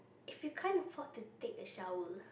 if you can't afford to take a shower